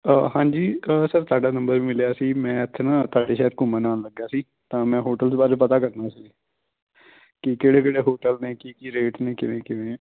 ਹਾਂਜੀ ਸਰ ਤੁਹਾਡਾ ਨੰਬਰ ਮਿਲਿਆ ਸੀ ਮੈਂ ਇੱਥੇ ਨਾ ਤੁਹਾਡੇ ਸ਼ਹਿਰ ਘੁੰਮਣ ਆਉਣ ਲੱਗਿਆ ਸੀ ਤਾਂ ਮੈਂ ਹੋਟਲ ਦੇ ਬਾਰੇ ਪਤਾ ਕਰਨਾ ਸੀ ਕਿ ਕਿਹੜੇ ਕਿਹੜੇ ਹੋਟਲ ਨੇ ਕੀ ਕੀ ਰੇਟ ਨੇ ਕਿਵੇਂ ਕਿਵੇਂ